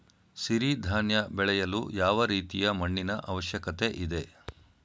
ಸಿರಿ ಧಾನ್ಯ ಬೆಳೆಯಲು ಯಾವ ರೀತಿಯ ಮಣ್ಣಿನ ಅವಶ್ಯಕತೆ ಇದೆ?